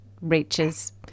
reaches